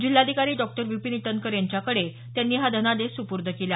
जिल्हाधिकारी डॉक्टर विपिन ईटनकर यांच्याकडे त्यांनी हा धनादेश सुपुर्द केला